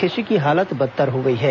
कृषि की हालत बदतर हो गई है